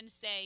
say